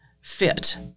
fit